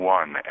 one